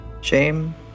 shame